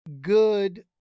good